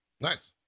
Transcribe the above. Nice